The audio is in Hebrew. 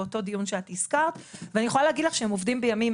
באותו דיון שאת הזכרת ואני יכולה להגיד לך שהם עובדים בימים